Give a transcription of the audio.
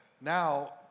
now